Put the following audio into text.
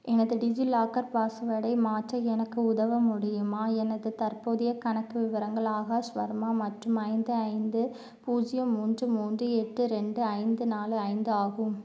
எனது டிஜிலாக்கர் பாஸ்வேர்டை மாற்ற எனக்கு உதவ முடியுமா எனது தற்போதைய கணக்கு விவரங்கள் ஆகாஷ் வர்மா மற்றும் ஐந்து ஐந்து பூஜ்ஜியம் மூன்று மூன்று எட்டு ரெண்டு ஐந்து நாலு ஐந்து ஆகும்